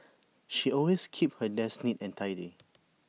she always keeps her desk neat and tidy